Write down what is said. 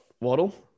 Waddle